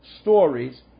stories